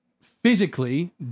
physically